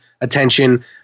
attention